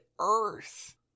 earth